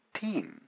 team